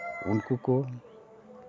ᱩᱱᱠᱩ ᱠᱚ